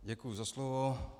Děkuji za slovo.